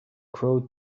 crow